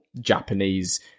Japanese